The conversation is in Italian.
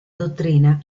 dottrina